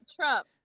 trump